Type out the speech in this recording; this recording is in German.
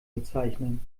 bezeichnen